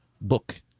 book